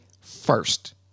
first